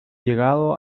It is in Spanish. llegado